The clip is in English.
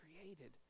created